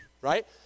Right